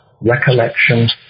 recollection